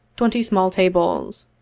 twenty small tables,